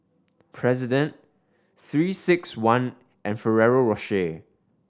President Three Six One and Ferrero Rocher